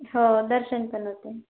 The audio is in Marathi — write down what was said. हो दर्शन पण होते